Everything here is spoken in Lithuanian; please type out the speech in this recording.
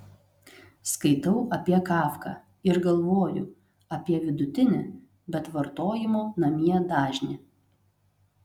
skaitau apie kafką ir galvoju apie vidutinį bet vartojimo namie dažnį